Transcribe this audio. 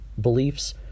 beliefs